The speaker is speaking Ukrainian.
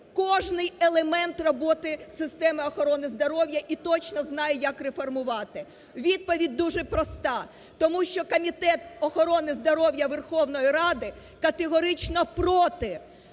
кожен елемент роботи системи охорони здоров'я і точно знає, як реформувати? Відповідь дуже проста. Тому що Комітет охорони здоров'я Верховної Ради категорично проти